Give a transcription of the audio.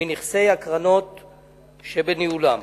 מנכסי הקרנות שבניהולם.